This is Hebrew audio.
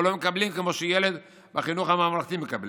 או לא מקבלים כמו שילד בחינוך הממלכתי מקבל.